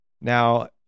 now